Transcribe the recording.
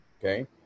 Okay